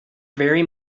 very